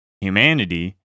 humanity